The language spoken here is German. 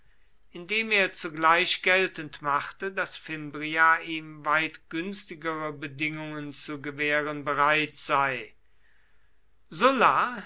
indem er zugleich geltend machte daß fimbria ihm weit günstigere bedingungen zu gewähren bereit sei sulla